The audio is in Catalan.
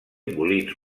molins